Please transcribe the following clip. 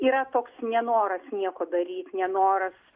yra toks nenoras nieko daryt nenoras